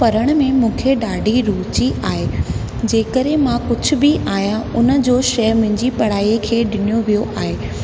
पढ़ण में मूंखे ॾाढी रुचि आहे जेकरे मां कुझु बि आहियां उन जो शइ मुंहिंजी पढ़ाई खे ॾिनो वियो आहे